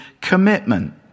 commitment